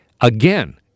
Again